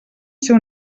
ser